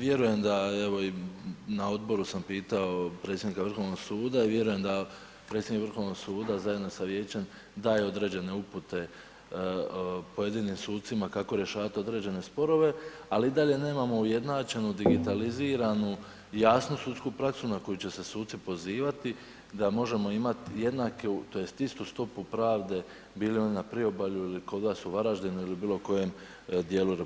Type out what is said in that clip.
Vjerujem da evo i na odboru sam pitao predsjednika Vrhovnog suda i vjerujem da predsjednik Vrhovnog suda zajedno sa vijećem daje određene upute pojedinim sucima rješavati određene sporove ali i dalje nemamo ujednačenu digitaliziranu i jasnu sudsku praksu na koju će se suci pozivati da možemo imati jednaku tj. istu stopu pravde bili oni na priobalju ili kod vas u Varaždinu ili bilokojem djelu RH,